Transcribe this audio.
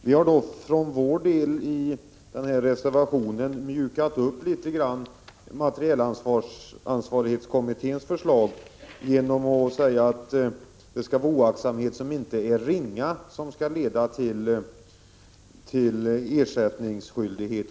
Vi har för vår del i reservationen mjukat upp militäransvarskommitténs förslag litet grand genom att säga att det skall vara oaktsamhet som inte är ringa som skall leda till ersättningsskyldighet.